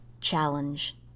challenge